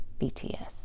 BTS